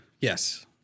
Yes